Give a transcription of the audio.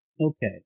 Okay